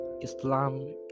Islam